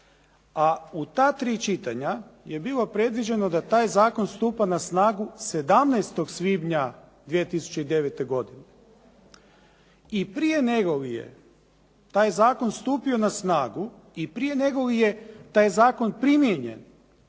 A u ta tri čitanja je bilo predviđeno da taj zakon stupa na snagu 17. svibnja 2009. godine. I prije nego li je taj zakon stupio na snagu i prije nego li je taj zakon primijenjen,